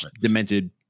demented